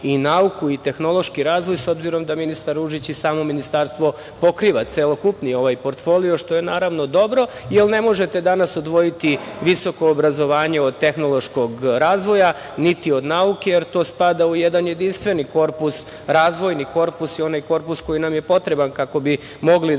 i nauku i tehnološki razvoj, s obzirom da ministar Ružić i samo ministarstvo pokriva celokupni portfolio, što je dobro, jer ne možete danas odvojiti visoko obrazovanje od tehnološkog razvoja, niti od nauke, jer to spada u jedan jedinstveni korpus, razvojni korpus i onaj korpus koji nam je potreban kako bi mogli da